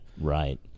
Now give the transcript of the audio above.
Right